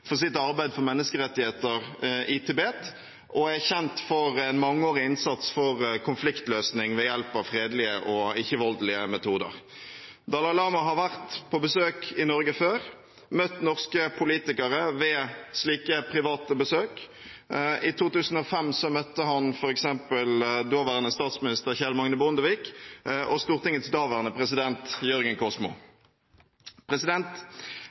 for sitt arbeid for menneskerettigheter i Tibet og er kjent for mangeårig innsats for konfliktløsning ved hjelp av fredelige og ikke-voldelige metoder. Dalai Lama har vært på besøk i Norge før og møtt norske politikere ved slike private besøk. I 2005 møtte han f.eks. daværende statsminister Kjell Magne Bondevik og Stortingets daværende president, Jørgen Kosmo. Presidentskapet har bestemt at det ikke ønsker et møte mellom Stortingets president